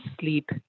sleep